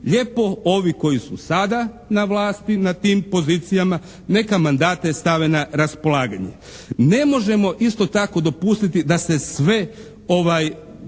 lijepo ovi koji su sada na vlasti na tim pozicijama neka mandate stave na raspolaganje. Ne možemo isto tako dopustiti da se sve dovede